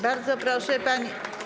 Bardzo proszę, pani.